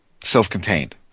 self-contained